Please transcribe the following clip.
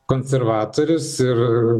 konservatorius ir